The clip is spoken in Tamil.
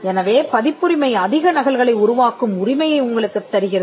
எனவே பதிப்புரிமை அதிக நகல்களை உருவாக்கும் உரிமையை உங்களுக்குத் தருகிறது